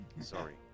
Sorry